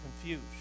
confused